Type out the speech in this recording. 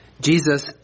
Jesus